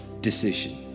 decision